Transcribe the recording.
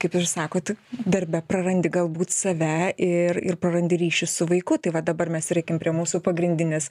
kaip ir sakot darbe prarandi galbūt save ir ir prarandi ryšį su vaiku tai va dabar mes ir eikim prie mūsų pagrindinės